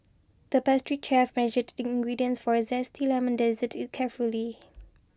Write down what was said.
the pastry chef measured the ingredients for a Zesty Lemon Dessert carefully